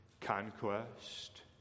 conquest